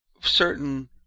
certain